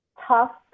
tough